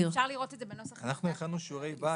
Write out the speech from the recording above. לכבוד הוועדה אנחנו הכנו שיעורי בית.